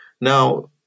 Now